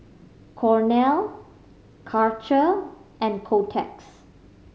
Cornell Karcher and Kotex